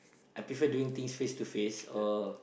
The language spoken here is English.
I prefer doing things face to face or